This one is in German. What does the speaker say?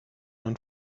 und